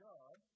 God